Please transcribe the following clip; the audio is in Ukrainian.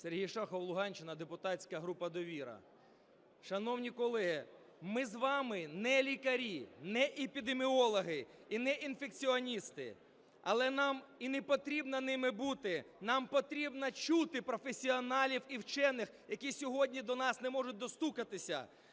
Сергій Шахов, Луганщина, депутатська група "Довіра". Шановні колеги, ми з вами не лікарі, не епідеміологи і не інфекціоністи. Але нам і не потрібно ними бути, нам потрібно чути професіоналів і вчених, які сьогодні до нас не можуть достукатися.